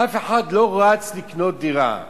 אף אחד לא רץ לקנות דירה.